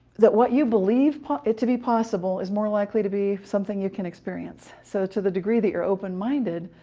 that what you believe it to be possible is more likely to be something you can experience. so to the degree that you're open-minded,